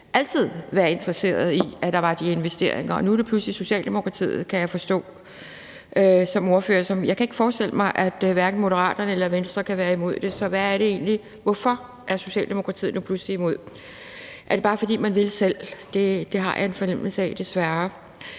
ville være interesserede i, at der var de investeringer, og nu er det pludselig Socialdemokratiet, kan jeg forstå. Som ordfører kan jeg ikke forestille mig, at hverken Moderaterne eller Venstre kan være imod det. Så hvorfor er Socialdemokratiet nu pludselig imod? Er det bare, fordi man vil selv? Det har jeg en fornemmelse af – desværre.